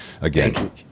again